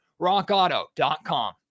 RockAuto.com